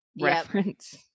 reference